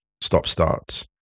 stop-start